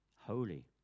holy